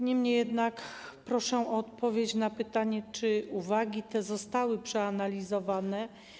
Niemniej jednak proszę o odpowiedź na pytanie: Czy te uwagi zostały przeanalizowane?